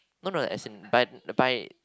no no as in bite the bite